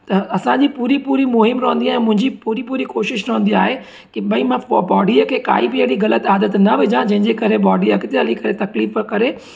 त असांजी पूरी पूरी मुहीम रहंदी आहे ऐं मुंहिंजी पूरी पूरी कोशिशि रहंदी आहे की बई मां बॉडीअ खे काई बि अहिड़ी ग़लति आदत न विझां जंहिंजे करे बॉडी अॻिते हली करे तकलीफ़ु करे